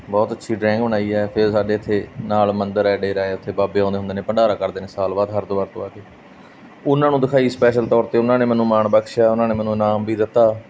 ਬਹੁਤ ਅੱਛੀ ਡਰਾਇੰਗ ਬਣਾਈ ਹੈ ਫਿਰ ਸਾਡੇ ਇੱਥੇ ਨਾਲ ਮੰਦਰ ਹੈ ਡੇਰਾ ਹੈ ਉੱਥੇ ਬਾਬੇ ਆਉਂਦੇ ਹੁੰਦੇ ਨੇ ਭੰਡਾਰਾ ਕਰਦੇ ਨੇ ਸਾਲ ਬਾਅਦ ਹਰਿਦੁਆਰ ਤੋਂ ਆ ਕੇ ਉਹਨਾਂ ਨੂੰ ਦਿਖਾਈ ਸਪੈਸ਼ਲ ਤੌਰ 'ਤੇ ਉਹਨਾਂ ਨੇ ਮੈਨੂੰ ਮਾਣ ਬਖਸ਼ਿਆ ਉਹਨਾਂ ਨੇ ਮੈਨੂੰ ਇਨਾਮ ਵੀ ਦਿੱਤਾ